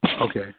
Okay